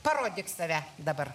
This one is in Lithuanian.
parodyk save dabar